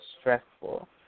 stressful